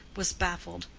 was baffled.